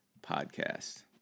podcast